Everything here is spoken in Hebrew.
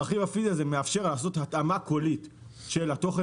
הרכיב הפיזי הזה מאפשר לעשות התאמה קולית של התוכן